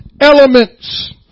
elements